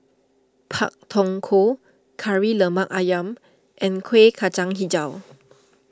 Pak Thong Ko Kari Lemak Ayam and Kueh Kacang HiJau